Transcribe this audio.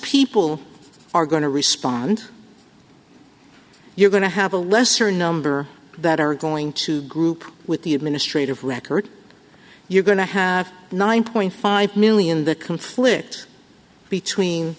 people are going to respond you're going to have a lesser number that are going to group with the administrative record you're going to have nine point five million the conflict between